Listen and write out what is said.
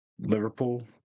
Liverpool